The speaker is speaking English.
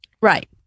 Right